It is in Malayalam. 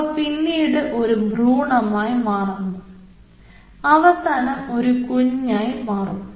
അവ പിന്നീട് ഒരു ഭ്രൂണമായി മാറുന്നു അവസാനം ഒരു കുഞ്ഞായി മാറും